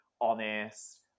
honest